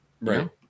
right